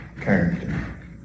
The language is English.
character